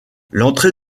l’entrée